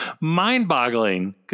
mind-boggling